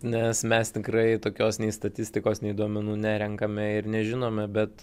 nes mes tikrai tokios nei statistikos nei duomenų nerenkame ir nežinome bet